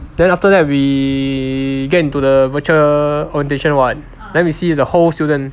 then after that we get into the virtual orientation [what] then we see the whole student